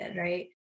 right